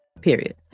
period